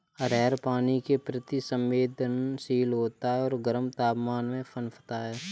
अरहर पानी के प्रति संवेदनशील होता है और गर्म तापमान में पनपता है